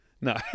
No